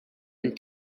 and